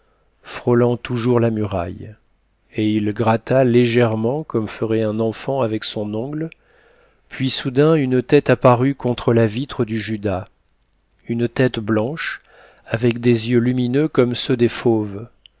frôlant toujours la muraille et il gratta légèrement comme ferait un enfant avec son ongle puis soudain une tête apparut contre la vitre du judas une tête blanche avec des yeux lumineux comme ceux des fauves